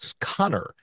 Connor